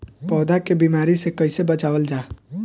पौधा के बीमारी से कइसे बचावल जा?